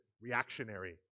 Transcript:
reactionary